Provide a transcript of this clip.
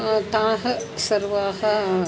ताः सर्वाः